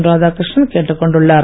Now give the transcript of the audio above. ராதாகிருஷ்ணன் கேட்டுக் கொண்டுள்ளார்